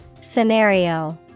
Scenario